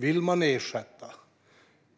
Vill man ersätta